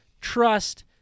trust